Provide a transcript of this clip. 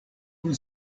kun